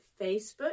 Facebook